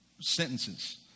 sentences